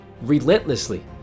relentlessly